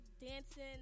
dancing